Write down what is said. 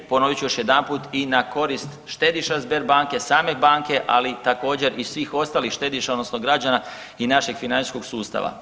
Ponovit ću još jedanput i na korist štediša Sberbanke, same banke, ali također i svih ostalih štediša odnosno građana i našeg financijskog sustava.